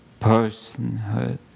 personhood